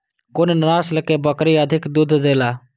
कुन नस्ल के बकरी अधिक दूध देला?